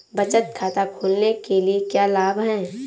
बचत खाता खोलने के क्या लाभ हैं?